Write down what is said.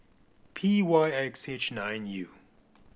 P Y X H nine U